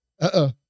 Uh-oh